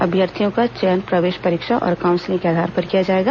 अभ्यर्थियों का चयन प्रवेश परीक्षा और काउंसिलिंग के आधार पर किया जाएगा